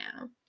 now